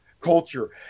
culture